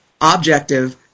objective